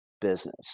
business